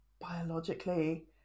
biologically